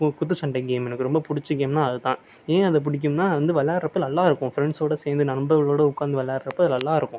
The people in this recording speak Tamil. கு குத்து சண்டை கேம் எனக்கு ரொம்ப பிடிச்ச கேம்னா அதுதான் ஏன் அதை பிடிக்கும்னா அது வந்து வெளாட்றப்ப நல்லாயிருக்கும் ஃப்ரெண்ட்ஸோட சேர்ந்து நண்பர்களோடு உட்காந்து விளாட்றப்ப அது நல்லாயிருக்கும்